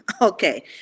Okay